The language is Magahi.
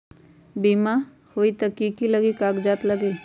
बिमा होई त कि की कागज़ात लगी?